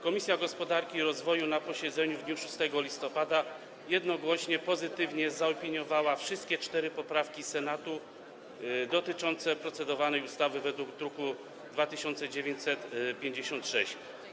Komisja Gospodarki i Rozwoju na posiedzeniu w dniu 6 listopada jednogłośnie pozytywnie zaopiniowała wszystkie cztery poprawki Senatu dotyczące procedowanej ustawy z druku nr 2956.